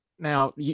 Now